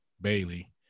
Bailey